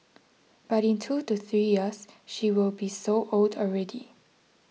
but in two to three years she will be so old already